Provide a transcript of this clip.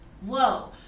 whoa